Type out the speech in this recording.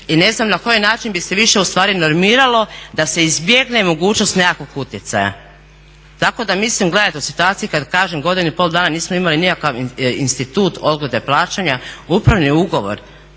i ne znam na koji način bi se više ustvari normiralo da se izbjegne mogućnost nekakvog utjecaja. Tako da mislim, gledajte u situaciji kada kažem godinu i pol dana nismo imali nikakav institut odgode plaćanja. Upravni ugovor,